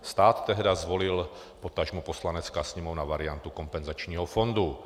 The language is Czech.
Stát tehdy zvolil, potažmo Poslanecká sněmovna, variantu kompenzačního fondu.